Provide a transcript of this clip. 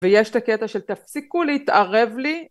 ויש את הקטע של תפסיקו להתערב לי